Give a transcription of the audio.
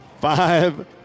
five